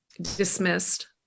dismissed